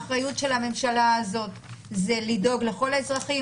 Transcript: האחריות של הממשלה הזאת זה לדאוג לכל האזרחים,